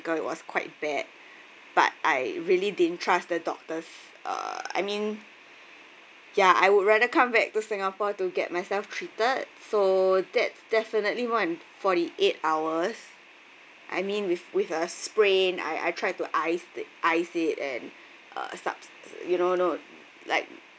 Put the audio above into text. it was quite bad but I really didn't trust the doctors uh I mean ya I would rather come back to singapore to get myself treated so that's definitely why I'm forty eight hours I mean with with a sprained I I tried to iced it iced it and uh sub~ you know you know like